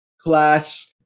clash